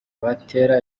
batera